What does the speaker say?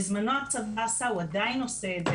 בזמנו הצבא עשה והוא עדיין עושה את זה